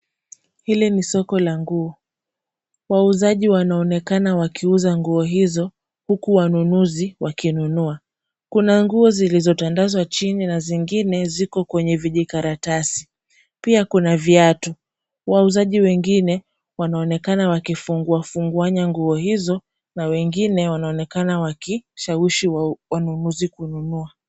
Hili ni soko la nguo. Wauzaji wanaonekana wakiuza nguo hizo, huku wanunuzi wakinunua. Kuna nguo zilizotandazwa chini na zingine, ziko kwenye vijikaratasi ,pia kuna viatu. Wauzaji wengine wanaonekana wakifungua funguanya nguo hizo, na wengine wanaonekana wakishawishi wanunuzi kununua.